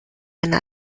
einer